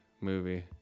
movie